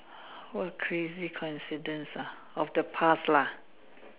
what crazy coincidence ah of the past lah